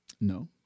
No